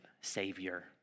Savior